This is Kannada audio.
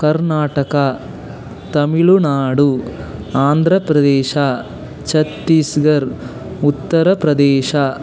ಕರ್ನಾಟಕ ತಮಿಳುನಾಡು ಆಂಧ್ರ ಪ್ರದೇಶ ಛತ್ತೀಸ್ಗಢ ಉತ್ತರ ಪ್ರದೇಶ